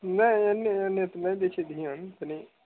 नहि एने एने तऽ नहि दै छै धिआन तनि